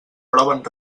proven